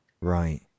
Right